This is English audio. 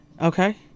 okay